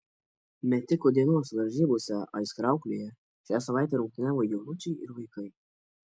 metikų dienos varžybose aizkrauklėje šią savaitę rungtyniavo jaunučiai ir vaikai